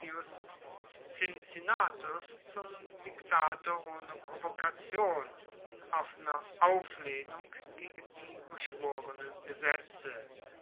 cincinnatus zum diktator ohne provokation in offener auflehnung gegen die beschworenen gesetze